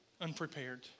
unprepared